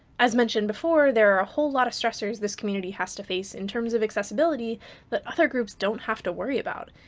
as mentioned before, there are a whole lot of stressors this community has to face in terms of accessibility that other groups don't have to worry about,